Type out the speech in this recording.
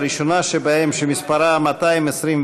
הראשונה שבהן, שמספרה 21,